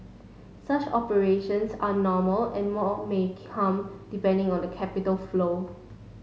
such operations are normal and more may come depending on the capital flow